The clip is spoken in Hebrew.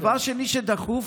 הדבר השני שדחוף,